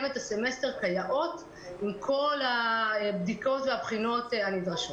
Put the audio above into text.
את הסמסטר כיאות עם כל הבדיקות והבחינות הנדרשות.